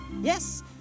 Yes